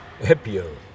happier